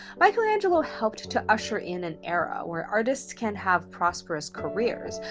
michelangelo helped to usher in an era where artists can have prosperous careers,